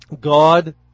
God